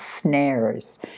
snares